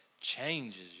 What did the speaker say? changes